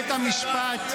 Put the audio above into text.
המשפט,